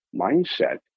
mindset